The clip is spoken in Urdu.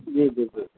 جی بالکل